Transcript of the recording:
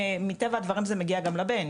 מטבע הדברים זה מגיע גם לבן,